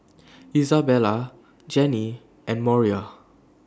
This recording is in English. Isabella Janey and Moriah